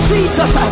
Jesus